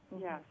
Yes